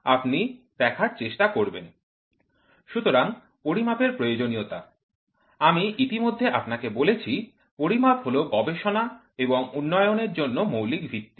slide time পড়ুন ১১৫৭ সুতরাং পরিমাপের প্রয়োজনীয়তা আমি ইতিমধ্যে আপনাকে বলেছি পরিমাপ হল গবেষণা এবং উন্নয়নের জন্য মৌলিক ভিত্তি